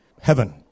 heaven